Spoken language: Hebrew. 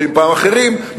פעם אחרים,